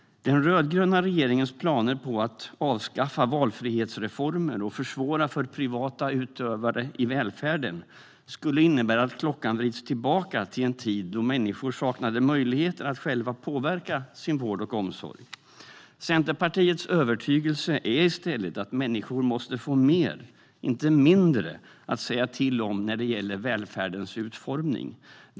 Den rödgröna regeringens planer på att avskaffa valfrihetsreformer och försvåra för privata utförare i välfärden skulle innebära att klockan vrids tillbaka till en tid då människor saknade möjligheter att själva påverka sin vård och omsorg. Centerpartiets övertygelse är i stället att människor måste få mer, inte mindre, att säga till om när det gäller välfärdens utformning.